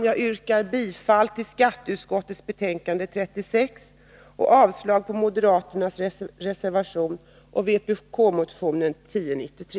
Jag yrkar bifall till hemställan i skatteutskottets betänkande 36 och avslag på moderaternas reservation och vpk-motionen 1093.